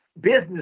Business